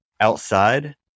outside